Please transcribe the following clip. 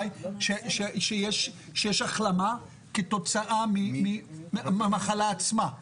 יש החלמה כתוצאה מהמחלה עצמה.